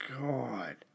God